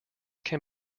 can